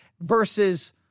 versus